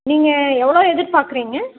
நீங்கள் எவ்வளோ எதிர்பார்க்குறீங்க